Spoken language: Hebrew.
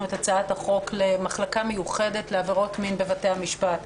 את הצעת החוק למחלקה מיוחדת לעבירות מין בבתי המשפט.